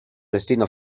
destino